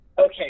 Okay